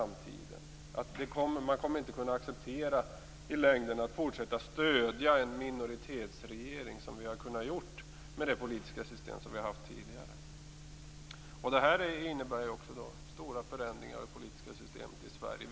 Man kommer i längden inte att acceptera att fortsätta att stödja en minoritetsregering som det politiska system vi har haft tidigare har tillåtit. Det innebär stora förändringar i det politiska systemet i Sverige.